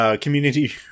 community